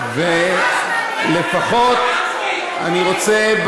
ולפחות אני רוצה,